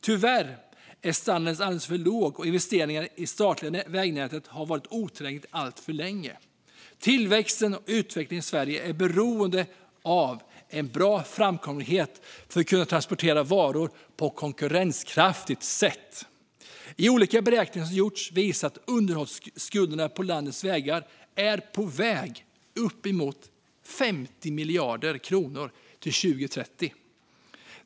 Tyvärr är standarden alldeles för låg, och investeringarna i det statliga vägnätet har varit otillräckliga alltför länge. Tillväxten och utvecklingen i Sverige är beroende av en bra framkomlighet för att man ska kunna transportera varor på ett konkurrenskraftigt sätt. Olika beräkningar som har gjorts visar att underhållsskulderna på landets vägar är på väg mot 50 miljarder kronor till 2030.